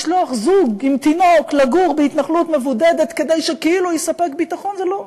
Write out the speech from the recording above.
לשלוח זוג עם תינוק לגור בהתנחלות מבודדת כדי שכאילו יספק ביטחון זה לא,